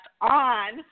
on